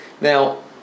Now